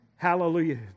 Hallelujah